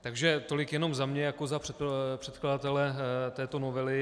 Takže tolik jenom za mě jako za předkladatele této novely.